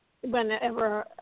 whenever